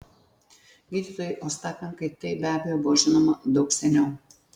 gydytojui ostapenkai tai be abejo buvo žinoma daug seniau